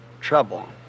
trouble